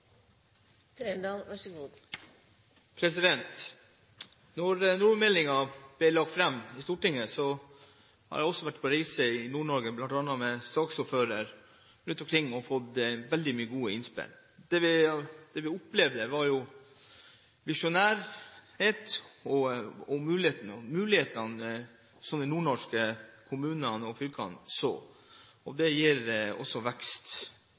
ble lagt fram i Stortinget, var også jeg på reise i Nord-Norge, bl.a. sammen med saksordføreren, og fikk mange gode innspill. Det vi opplevde, var visjoner og muligheter uttrykt av de nordnorske kommunene og fylkene. Dette skaper også vekst.